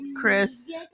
Chris